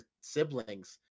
siblings